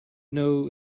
know